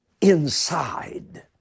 inside